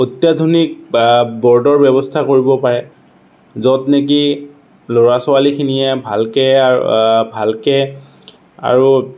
অত্যাধুনিক বা বৰ্ডৰ ব্যৱস্থা কৰিব পাৰে য'ত নেকি ল'ৰা ছোৱালীখিনিয়ে ভালকৈ আৰু ভালকৈ আৰু